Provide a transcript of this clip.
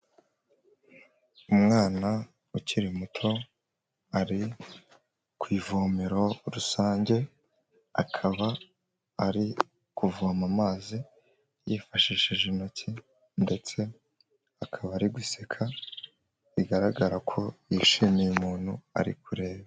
Umwana ukiri muto, ari ku ivomero rusange, akaba ari kuvoma amazi yifashishije intoki, ndetse akaba ari guseka, bigaragara ko yishimiye umuntu ari kureba.